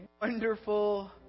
wonderful